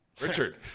Richard